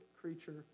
creature